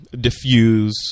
diffuse